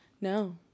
No